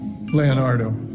Leonardo